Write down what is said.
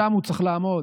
שם הוא צריך לעמוד.